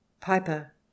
piper